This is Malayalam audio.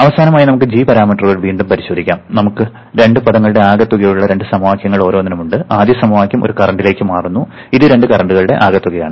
അവസാനമായി നമുക്ക് g പാരാമീറ്ററുകൾ വീണ്ടും പരിശോധിക്കാം നമുക്ക് രണ്ട് പദങ്ങളുടെ ആകെത്തുകയുള്ള രണ്ട് സമവാക്യങ്ങൾ ഓരോന്നിനും ഉണ്ട് ആദ്യ സമവാക്യം ഒരു കറന്റിലേക്ക് മാറുന്നു ഇത് രണ്ട് കറന്റ്കളുടെ ആകെത്തുകയാണ്